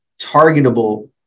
targetable